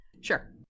Sure